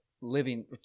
living